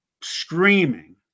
screaming